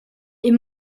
est